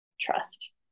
trust